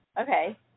Okay